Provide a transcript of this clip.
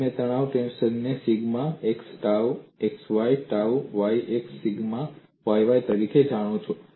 અને તમે તણાવ ટેન્સર ને sigma xx tau xy tau yx sigma yy તરીકે જણાવો છો